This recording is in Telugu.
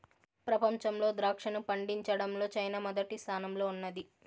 ప్రపంచంలో ద్రాక్షను పండించడంలో చైనా మొదటి స్థానంలో ఉన్నాది